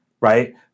right